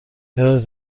یادت